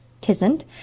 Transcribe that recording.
Tisn't